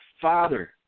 Father